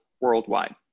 worldwide